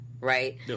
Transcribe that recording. right